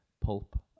Pulp